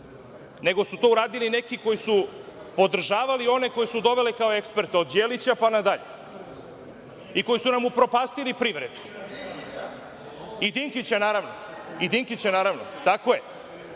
nego su to uradili neki koji su podržavali one koje su doveli kao eksperte, od Đelića pa nadalje, i koji su nam upropastili privredu, i Dinkića, naravno. Znači, ne